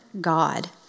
God